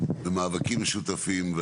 במאבקים משותפים.